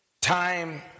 time